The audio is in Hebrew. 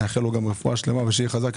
נאחל לו גם רפואה שלימה ושיהיה חזק.